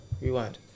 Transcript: Rewind